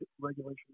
Regulation